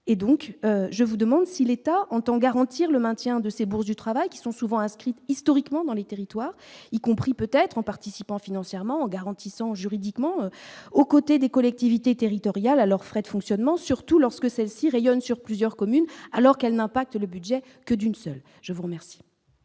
et donc je vous demande si l'État entend garantir le maintien de ces bourses du travail qui sont souvent inscrite historiquement dans les territoires, y compris peut-être en participant financièrement garantissant juridiquement aux côtés des collectivités territoriales, à leurs frais de fonctionnement, surtout lorsque celle-ci rayonnent sur plusieurs communes alors qu'elle n'a pas que le budget que d'une seule, je vous remercie.